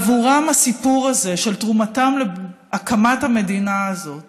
עבורם הסיפור הזה של תרומתם להקמת המדינה הזאת